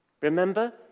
Remember